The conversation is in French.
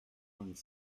vingt